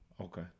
Okay